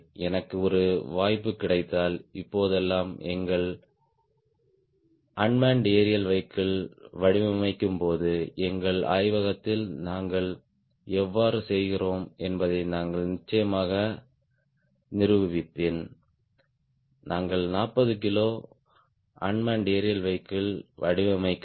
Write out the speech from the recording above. எனக்கு ஒரு வாய்ப்பு கிடைத்தால் இப்போதெல்லாம் எங்கள் அண்மென்ட் ஏரியல் வெஹிகிள் வடிவமைக்கும்போது எங்கள் ஆய்வகத்தில் நாங்கள் எவ்வாறு செய்கிறோம் என்பதை நான் நிச்சயமாக நிரூபிப்பேன் நாங்கள் 40 கிலோ அண்மென்ட் ஏரியல் வெஹிகிள் வடிவமைக்கிறோம்